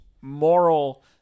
moral